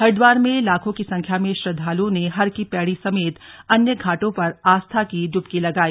हरिद्वार में लाखों की संख्या में श्रद्वालु ने हर की पैड़ी समेत अन्य घाटों पर आस्था की ड्बकी लगाई